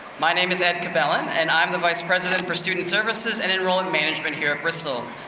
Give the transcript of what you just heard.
my name is ed cabellon and i'm the vice president for student services and enrollment management here at bristol.